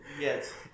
Yes